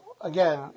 again